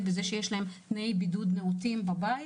בכך שיש להם תנאי בידוד נאותים בבית